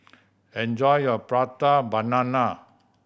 enjoy your Prata Banana